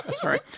sorry